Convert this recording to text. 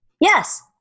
Yes